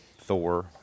Thor